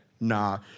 Nah